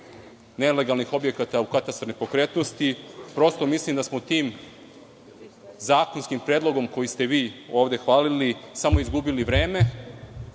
nelegalnih objekata u katastar nepokretnosti, prosto mislim da smo tim zakonskim predlogom koji ste vi ovde hvalili, samo izgubili vreme.